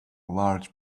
large